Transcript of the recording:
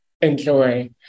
enjoy